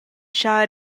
schar